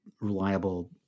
reliable